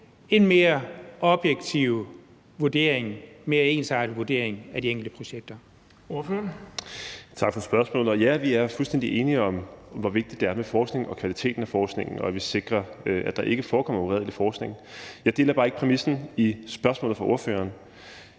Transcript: Den fg. formand (Erling Bonnesen): Ordføreren. Kl. 12:21 Stinus Lindgreen (RV): Tak for spørgsmålet. Ja, vi er fuldstændig enige om, hvor vigtigt det er med forskning og kvaliteten af forskningen, og at vi sikrer, at der ikke forekommer uredelig forskning. Jeg deler bare ikke præmissen i spørgsmålet fra ordføreren.